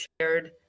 shared